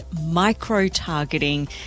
micro-targeting